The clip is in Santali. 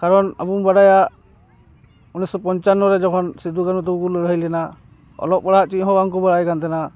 ᱠᱟᱨᱚᱱ ᱟᱵᱚ ᱵᱚᱱ ᱵᱟᱰᱟᱭᱟ ᱩᱱᱤᱥ ᱥᱚ ᱯᱚᱧᱪᱟᱱᱱᱚ ᱨᱮ ᱡᱚᱠᱷᱚᱱ ᱥᱤᱫᱩ ᱠᱟᱹᱱᱩ ᱛᱟᱠᱚ ᱠᱚ ᱞᱟᱹᱲᱦᱟᱹᱭ ᱞᱮᱱᱟ ᱚᱞᱚᱜ ᱯᱟᱲᱦᱟᱜ ᱪᱮᱫ ᱦᱚᱸ ᱵᱟᱝᱠᱚ ᱵᱟᱲᱟᱭ ᱠᱟᱱ ᱛᱟᱦᱮᱱᱟ